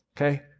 okay